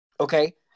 Okay